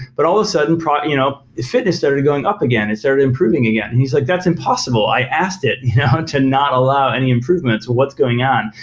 but all of a sudden you know fitness started going up again. it started improving again, and he's like, that's impossible. i asked it to not allow any improvements. what's going on?